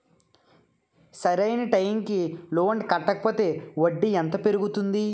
సరి అయినా టైం కి లోన్ కట్టకపోతే వడ్డీ ఎంత పెరుగుతుంది?